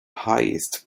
highest